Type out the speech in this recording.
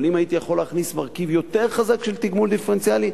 אבל אם הייתי יכול להכניס מרכיב יותר חזק של תגמול דיפרנציאלי,